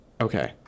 Okay